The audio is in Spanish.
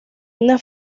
una